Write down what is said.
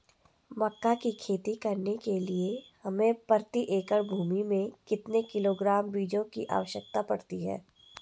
मक्का की खेती करने के लिए हमें प्रति एकड़ भूमि में कितने किलोग्राम बीजों की आवश्यकता पड़ती है?